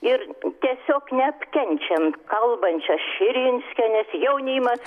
ir tiesiog neapkenčiam kalbančios širinskienės jaunimas